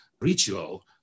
ritual